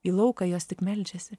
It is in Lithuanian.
į lauką jos tik meldžiasi